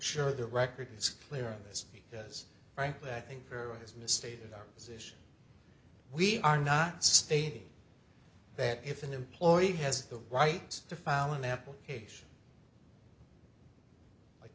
sure the record is clear on this because frankly i think her eyes misstated our position we are not stating that if an employee has the right to file an application like